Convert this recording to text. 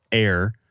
air,